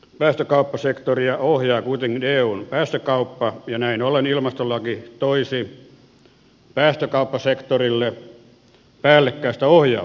päästökauppasektoria ohjaa kuitenkin eun päästökauppa ja näin ollen ilmastolaki toisi päästökauppasektorille päällekkäistä ohjausta